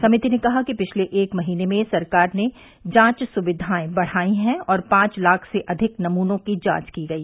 समिति ने कहा कि पिछले एक महीने में सरकार ने जांच सुविधाएं बढ़ाई हैं और पांच लाख से अधिक नमूनों की जांच की गई